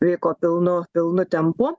vyko pilnu pilnu tempu